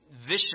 vicious